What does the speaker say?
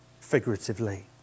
figuratively